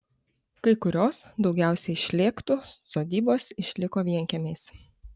kai kurios daugiausiai šlėktų sodybos išliko vienkiemiais